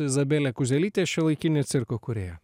izabelė kuzelytė šiuolaikinė cirko kūrėja